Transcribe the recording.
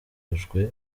ubikore